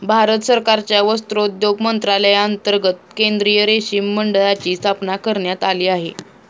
भारत सरकारच्या वस्त्रोद्योग मंत्रालयांतर्गत केंद्रीय रेशीम मंडळाची स्थापना करण्यात आली आहे